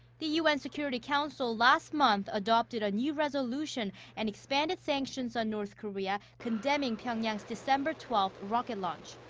the un security council last month adopted a new resolution and expanded sanctions on north korea, condemning pyongyang's december twelfth rocket launch.